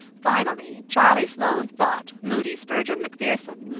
finally, charlie sloane fought moody spurgeon macpherson,